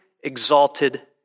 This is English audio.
exalted